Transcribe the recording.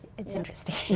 it's interesting.